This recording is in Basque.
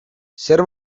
zer